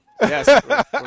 Yes